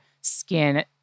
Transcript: skin